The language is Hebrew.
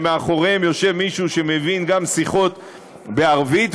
שמאחוריהם יושב מישהו שמבין גם שיחות בערבית,